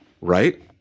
right